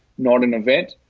not an event.